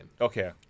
okay